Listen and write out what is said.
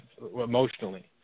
emotionally